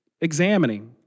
examining